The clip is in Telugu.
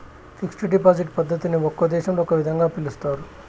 ఫిక్స్డ్ డిపాజిట్ పద్ధతిని ఒక్కో దేశంలో ఒక్కో విధంగా పిలుస్తారు